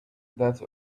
that